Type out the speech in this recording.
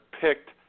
picked –